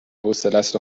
حوصلست